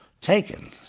taken